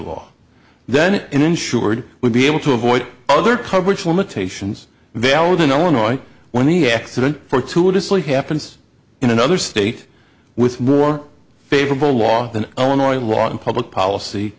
law then it insured would be able to avoid other coverage limitations valid in illinois when the accident fortuitously happens in another state with more favorable law than illinois law and public policy